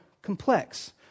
Complex